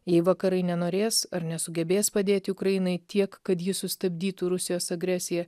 jei vakarai nenorės ar nesugebės padėti ukrainai tiek kad ji sustabdytų rusijos agresiją